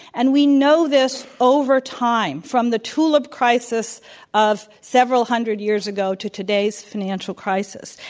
and we know this over time from the tulip crisis of several hundred years ago to today's financial crisis.